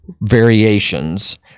variations